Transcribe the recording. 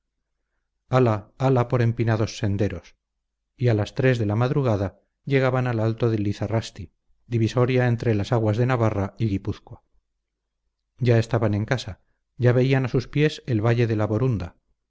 hala hala por empinados senderos y a las tres de la madrugada llegaban al alto de lizarrasti divisoria entre las aguas de navarra y guipúzcoa ya estaban en casa ya veían a sus pies el valle de la borunda